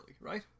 right